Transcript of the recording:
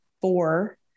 four